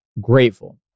grateful